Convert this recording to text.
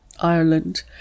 Ireland